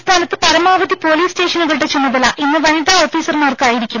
സംസ്ഥാനത്ത് പരമാവധി പൊലീസ് സ്റ്റേഷനുകളുടെ ചുമതല ഇന്ന് വനിതാ ഓഫീസർമാർക്കായിരിക്കും